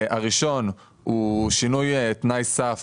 הראשון הוא שינוי תנאי סף